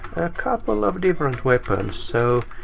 couple of different weapons, so.